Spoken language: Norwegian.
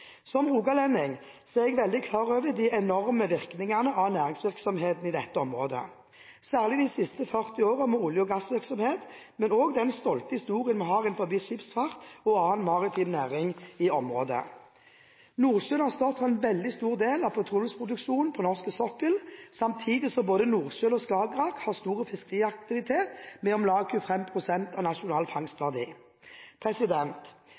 Som rogalending er jeg veldig klar over de enorme virkningene av næringsvirksomheten i dette området – særlig de siste 40 årene med olje- og gassvirksomhet, men også den stolte historien vi har innenfor skipsfart og annen maritim næring i området. Nordsjøen har stått for en veldig stor del av petroleumsproduksjonen på norsk sokkel, samtidig som både Nordsjøen og Skagerrak har stor fiskeriaktivitet, med om lag 25 pst. av nasjonal